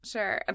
Sure